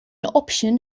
option